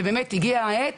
ובאמת, הגיע העת